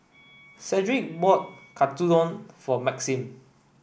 Cedric bought Katsudon for Maxim